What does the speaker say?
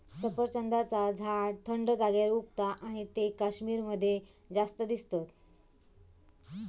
सफरचंदाचा झाड थंड जागेर उगता आणि ते कश्मीर मध्ये जास्त दिसतत